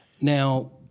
Now